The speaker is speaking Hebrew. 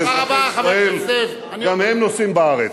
ואזרחי ישראל גם הם נוסעים בארץ.